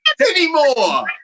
anymore